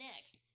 next